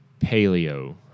paleo